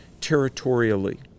territorially